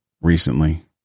recently